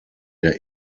der